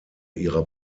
ihrer